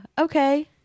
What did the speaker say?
Okay